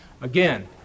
Again